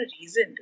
reason